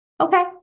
Okay